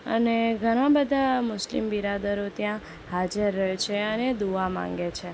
અને ઘણા બધા મુસ્લિમ બિરાદરો ત્યાં હાજર રહે છે અને દુઆ માંગે છે